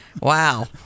Wow